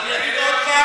אני מבקשת להירגע,